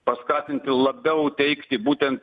paskatinti labiau teikti būtent